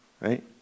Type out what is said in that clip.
right